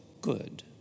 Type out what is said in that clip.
good